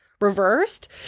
reversed